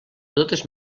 totes